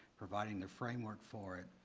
providing the framework for it,